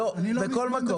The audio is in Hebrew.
בכל מקום.